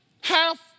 half